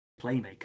playmaker